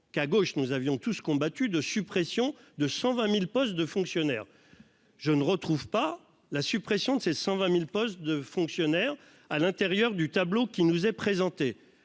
qu'à gauche, nous avions tous ceux qui ont battu de suppression de 120.000 postes de fonctionnaires. Je ne retrouve pas la suppression de ses 120.000 postes de fonctionnaires à l'intérieur du tableau qui nous est présenté